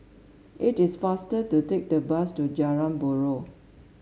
it is faster to take the bus to Jalan Buroh